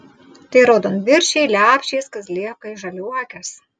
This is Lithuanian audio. tai raudonviršiai lepšės kazlėkai žaliuokės